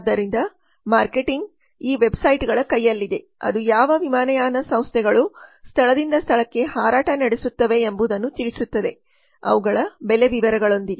ಆದ್ದರಿಂದ ಮಾರ್ಕೆಟಿಂಗ್ ಈ ವೆಬ್ಸೈಟ್ಗಳ ಕೈಯಲ್ಲಿದೆ ಅದು ಯಾವ ವಿಮಾನಯಾನ ಸಂಸ್ಥೆಗಳು ಸ್ಥಳದಿಂದ ಸ್ಥಳಕ್ಕೆ ಹಾರಾಟ ನಡೆಸುತ್ತವೆ ಎಂಬುದನ್ನು ತಿಳಿಸುತ್ತದೆ ಅವುಗಳ ಬೆಲೆ ವಿವರಗಳೊಂದಿಗೆ